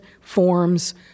forms